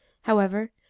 however,